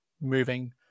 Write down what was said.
moving